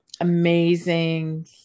amazing